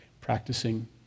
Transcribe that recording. Practicing